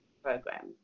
program